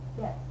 Yes